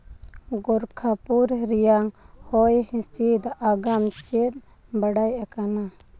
ᱜᱚᱨᱠᱷᱟᱯᱩᱨ ᱨᱮᱭᱟᱝ ᱦᱚᱭ ᱦᱤᱸᱥᱤᱫ ᱪᱮᱫ ᱟᱜᱟᱢ ᱵᱟᱰᱟᱭ ᱟᱠᱟᱱᱟ